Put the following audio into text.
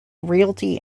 realty